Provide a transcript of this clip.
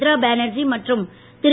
இந்திரா பேனர்ஜி மற்றும் திரு